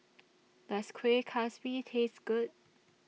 Does Kuih Kaswi Taste Good